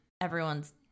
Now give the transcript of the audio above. everyone's